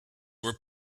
were